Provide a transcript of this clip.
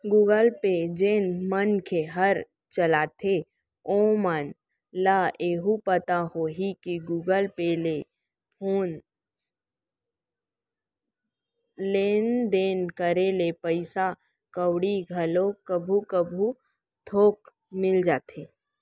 Google Pay जेन मनखे हर चलाथे ओमन ल एहू पता होही कि गुगल पे ले लेन देन करे ले पइसा कउड़ी घलो कभू कभू थोक मिल जाथे